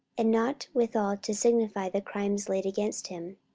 and not withal to signify the crimes laid against him.